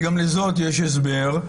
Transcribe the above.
שגם לזאת יש הסבר,